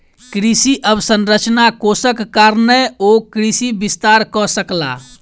कृषि अवसंरचना कोषक कारणेँ ओ कृषि विस्तार कअ सकला